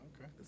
Okay